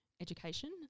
education